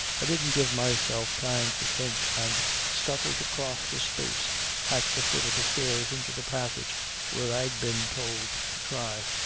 i didn't give myself time to think and scuttled across the space at the foot of the stairs into the passage where i'd been told to try.